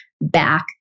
back